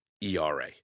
ERA